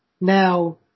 Now